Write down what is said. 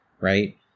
right